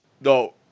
No